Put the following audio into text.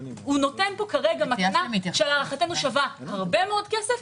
הוא נותן פה כרגע מתנה שלהערכתנו שווה הרבה מאוד כסף,